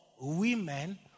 women